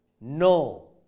No